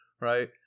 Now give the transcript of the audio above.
right